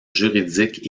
juridiques